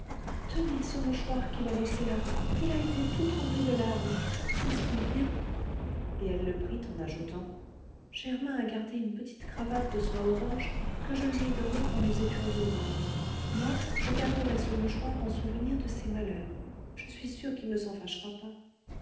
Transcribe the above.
tenez ce mouchoir qu'il a laissé là il a été tout trempé de larmes ça se voit bien et elle le prit en ajoutant germain a gardé une petite cravate de soie orange que je lui ai donnée quand nous étions heureux moi je garderai ce mouchoir en souvenir de ses malheurs je suis sûr qu'il ne s'en fâchera pas